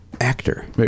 actor